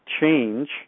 change